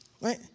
Right